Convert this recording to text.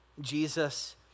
Jesus